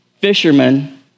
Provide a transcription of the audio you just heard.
Fishermen